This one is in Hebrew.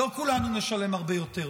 לא כולנו נשלם הרבה יותר,